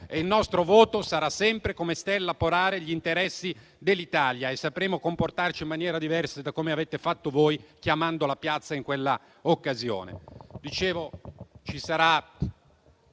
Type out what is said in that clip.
e il nostro voto sarà sempre - come stella polare - gli interessi dell'Italia. Sapremo comportarci in maniera diversa da come avete fatto voi, chiamando la piazza in quella occasione.